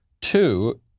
Two